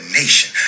nation